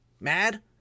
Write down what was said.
mad